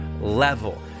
level